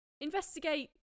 Investigate